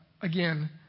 Again